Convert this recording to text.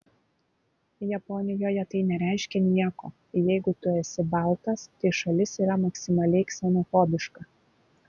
japonijoje tai nereiškia nieko jeigu tu esi baltas tai šalis yra maksimaliai ksenofobiška